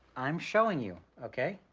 i'm showing you, okay?